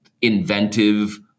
inventive